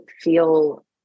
feel